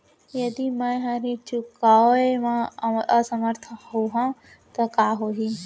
यदि मैं ह ऋण चुकोय म असमर्थ होहा त का होही?